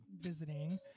visiting